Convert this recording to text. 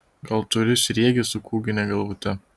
gal turi sriegį su kūgine galvute